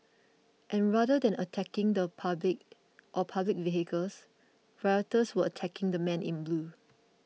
and rather than attacking the public or public vehicles rioters were attacking the men in blue